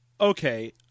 okay